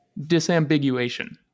disambiguation